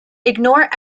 ignore